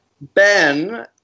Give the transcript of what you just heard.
Ben